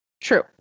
True